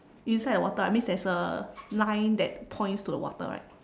inside the water ah means there's a line that points to the water right